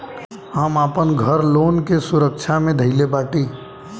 हम आपन घर लोन के सुरक्षा मे धईले बाटी